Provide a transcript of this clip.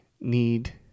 need